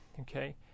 okay